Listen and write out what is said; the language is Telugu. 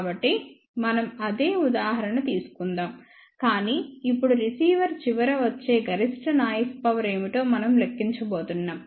కాబట్టి మనం అదే ఉదాహరణ తీసుకుందాం కానీ ఇప్పుడు రిసీవర్ చివర వచ్చే గరిష్ట నాయిస్ పవర్ ఏమిటో మనం లెక్కించబోతున్నాం